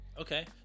Okay